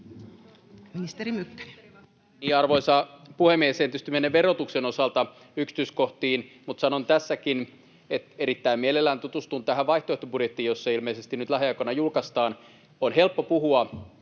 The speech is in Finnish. Arvoisa puhemies! En tietysti mene verotuksen osalta yksityiskohtiin, mutta sanon tässäkin, että erittäin mielelläni tutustun tähän vaihtoehtobudjettiin, kun se ilmeisesti nyt lähiaikoina julkaistaan. On helppo puhua